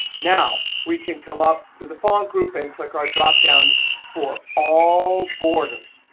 now we can come up to the font group and click our drop down for all borders.